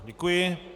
Děkuji.